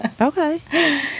Okay